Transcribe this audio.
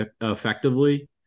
effectively